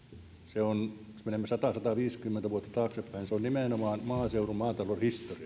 se on jos menemme sata viiva sataviisikymmentä vuotta taaksepäin nimenomaan maaseudun maatalouden historiaa